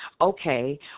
okay